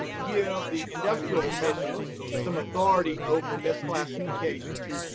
yeah the industrial commission some authority over misclassifications.